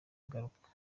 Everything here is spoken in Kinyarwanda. ahaguruka